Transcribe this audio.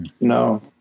No